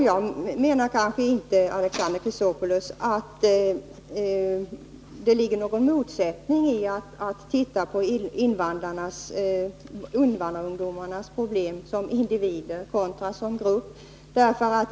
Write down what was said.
Jag menar inte, Alexander Chrisopoulos, att det ligger någon motsättning i att när det gäller dessa problem se på invandrarungdomarna som individer och som grupp.